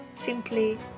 simply